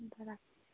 हुन्छ राखेँ